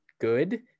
good